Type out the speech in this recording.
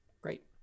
Great